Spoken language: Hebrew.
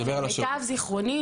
למיטב זכרוני,